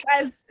guys